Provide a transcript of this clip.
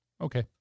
Okay